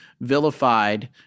vilified